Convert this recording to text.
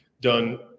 done